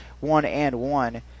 one-and-one